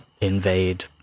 invade